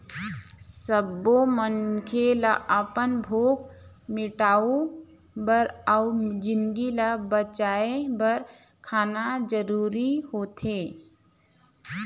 सब्बो मनखे ल अपन भूख मिटाउ बर अउ जिनगी ल बचाए बर खाना जरूरी होथे